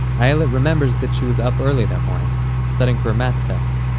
ayelet remembers that she was up early that morning studying for a math test.